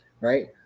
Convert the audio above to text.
Right